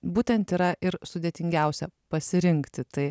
būtent yra ir sudėtingiausia pasirinkti tai